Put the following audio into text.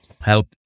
help